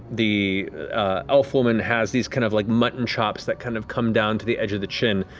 the elf woman has these kind of like muttonchops that kind of come down to the edge of the chin,